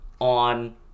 on